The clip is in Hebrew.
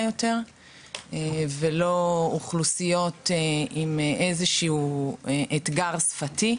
יותר ולא אוכלוסיות עם איזשהו אתגר שפתי.